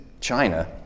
China